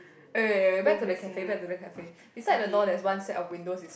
wait wait wait wait back to the cafe back to the cafe beside the door there's one set of windows it's